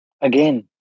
Again